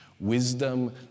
Wisdom